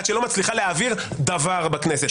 עד שהיא לא מצליחה להעביר דבר בכנסת.